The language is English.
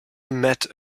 met